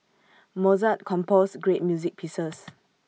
Mozart composed great music pieces